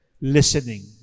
listening